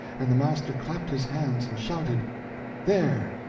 and the master clapped his hands and shouted there,